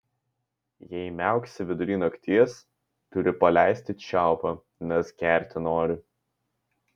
jei miauksi vidury nakties turi paleisti čiaupą nes gerti nori